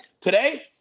Today